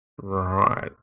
Right